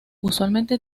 usualmente